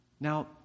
Now